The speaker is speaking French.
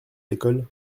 l’école